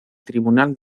tribunal